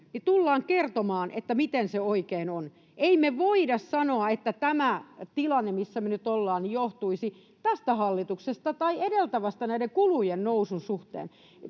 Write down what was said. niin tullaan kertomaan, miten se oikein on. Ei me voida sanoa, että tämä tilanne, missä me nyt ollaan, johtuisi tästä tai edeltävästä hallituksesta näiden kulujen nousun suhteen.